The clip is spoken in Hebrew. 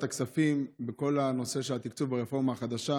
הכספים בכל הנושא של תקצוב הרפורמה החדשה,